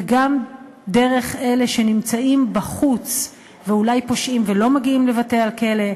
וגם דרך אלה שנמצאים בחוץ ואולי פושעים ולא מגיעים לבתי-הכלא,